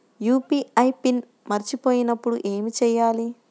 UPI PIN మరచిపోయినప్పుడు ఏమి చేయాలి?